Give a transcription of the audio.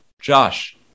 Josh